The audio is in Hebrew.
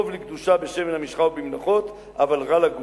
טוב לקדושה בשמן המשחה ובמנחות, אבל רע לגוף.